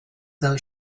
though